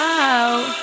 out